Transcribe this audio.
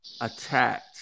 attacked